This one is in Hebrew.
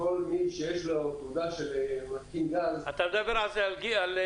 כל מי שיש לו תעודה של מתקין גז --- אתה מדבר על (ג).